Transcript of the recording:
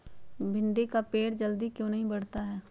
भिंडी का पेड़ जल्दी क्यों नहीं बढ़ता हैं?